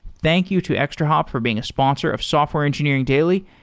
thank you to extrahop for being a sponsor of software engineering daily,